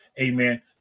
Amen